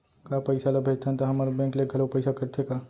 का पइसा ला भेजथन त हमर बैंक ले घलो पइसा कटथे का?